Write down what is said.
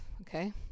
okay